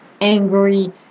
angry